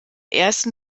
ersten